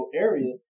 area